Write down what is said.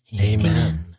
Amen